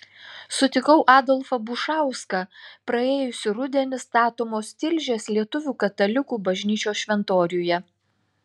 sutikau adolfą bušauską praėjusį rudenį statomos tilžės lietuvių katalikų bažnyčios šventoriuje